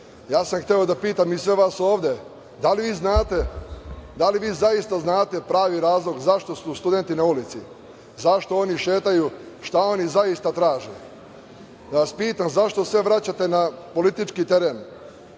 sam da pitam i sve vas ovde, da li vi znate, da li vi zaista znate pravi razlog zašto su studenti na ulici? Zašto oni šetaju? Šta oni zaista traže? Da vas pitam zašto sve vraćate na pravi politički teren?